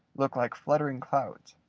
look like fluttering clouds.